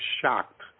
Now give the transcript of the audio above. shocked